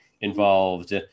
involved